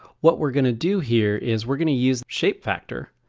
what we're gonna do here is we're gonna use shape factor